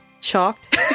shocked